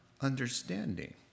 understanding